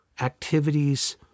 activities